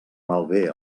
malbé